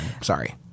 Sorry